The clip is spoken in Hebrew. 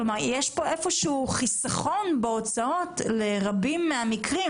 כך שיש חיסכון בהוצאות ברבים מהמקרים,